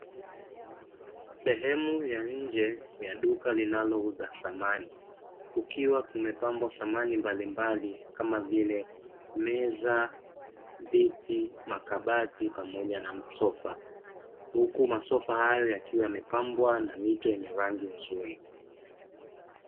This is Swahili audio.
Sehemu ya nje ya duka linalouza samani. Limepambwa samani mbali mbali kama vile meza, viti, makabati pamoja na masofa. Huku masofa hayo yakiwa yamepambwa ma mito yenye rangi nzuri.